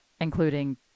including